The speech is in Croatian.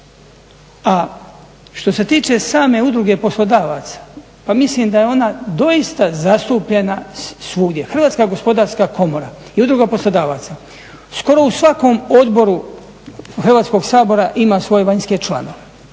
A što se tiče same Udruge poslodavaca pa mislim da je ona doista zastupljena svugdje. Hrvatska gospodarska komora i Udruga poslodavaca skoro u svakom odboru Hrvatskog sabora ima svoje vanjske članove.